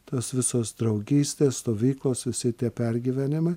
tos visos draugystės stovyklos visi tie pergyvenimai